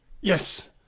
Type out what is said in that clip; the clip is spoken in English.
Yes